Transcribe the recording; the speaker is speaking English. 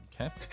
Okay